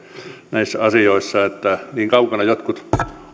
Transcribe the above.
näissä asioissa niin kaukana jotkut